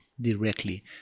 directly